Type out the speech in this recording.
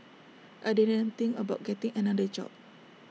I didn't think about getting another job